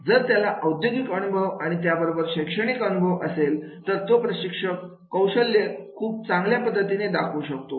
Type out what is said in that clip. जर त्याला औद्योगिक अनुभव आणि त्याचबरोबर शैक्षणिक अनुभव असेल तर तो प्रशिक्षणाची कौशल्य खूप चांगल्या पद्धतीने दाखवू शकतो